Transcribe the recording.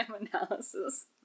analysis